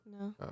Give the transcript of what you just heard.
No